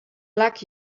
luck